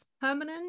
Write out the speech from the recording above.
permanent